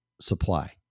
supply